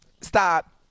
Stop